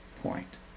point